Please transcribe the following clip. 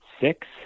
six